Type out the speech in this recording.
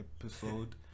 episode